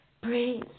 breathe